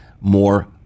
more